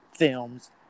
Films